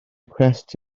cwest